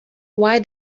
why